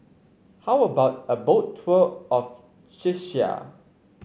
how about a Boat Tour of Czechia